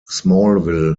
smallville